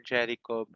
Jericho